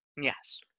Yes